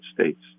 States